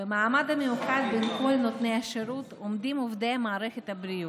במעמד המיוחד בין כל נותני השירות עומדים עובדי מערכת הבריאות,